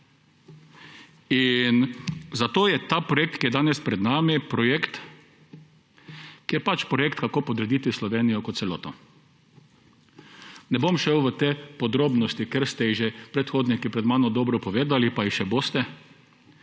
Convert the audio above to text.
Zato je ta projekt, ki je danes pred nami, projekt, kako podrediti Slovenijo kot celoto. Ne bom šel v te podrobnosti, ker ste jih že predhodniki pred mano dobro povedali, pa jih še boste.